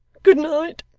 good night